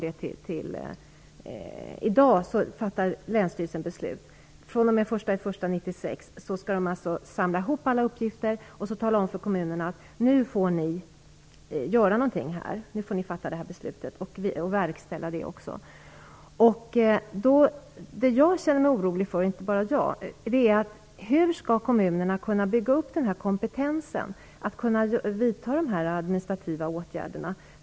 I dag fattar länsstyrelsen beslut, men fr.o.m. den 1 januari 1996 skall man där samla ihop alla uppgifter och säga till kommunerna: Nu får ni göra något och fatta beslut och även verkställa det. Jag och andra med mig känner oro för hur kommunerna skall kunna bygga upp en kompetens när det gäller att vidta nämnda administrativa åtgärder.